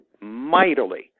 mightily